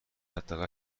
حداقل